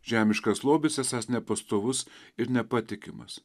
žemiškas lobis esąs nepastovus ir nepatikimas